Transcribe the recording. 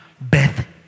Beth